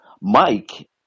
Mike